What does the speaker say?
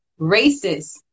racist